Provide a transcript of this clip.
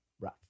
Right